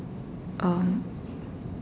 um